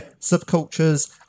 subcultures